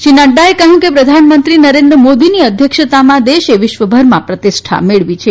શ્રી નડ્રાએ કહયું કે પ્રધાનમંત્રી નરેન્દ્ર મોદીની અધ્યક્ષતામાં દેશે વિશ્વભરમાં પ્રતિષ્ઠા મેળવી છે